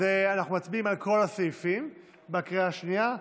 אז אנחנו מצביעים על כל הסעיפים בקריאה השנייה,